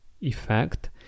effect